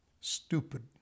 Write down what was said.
stupid